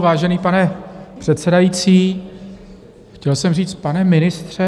Vážený pane předsedající, chtěl jsem říct, pane ministře...